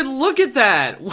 look at that!